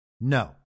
No